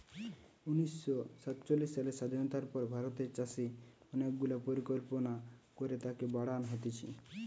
উনিশ শ সাতচল্লিশ সালের স্বাধীনতার পর ভারতের চাষে অনেক গুলা পরিকল্পনা করে তাকে বাড়ান হতিছে